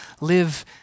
live